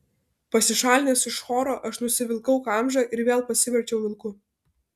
pasišalinęs iš choro aš nusivilkau kamžą ir vėl pasiverčiau vilku